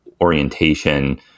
orientation